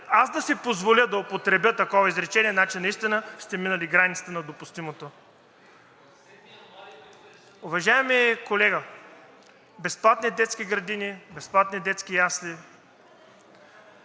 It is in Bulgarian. Аз да си позволя да употребя такова изречение, значи наистина сте минали границата на допустимото. Уважаеми колега, безплатни детски градини, безплатни детски ясли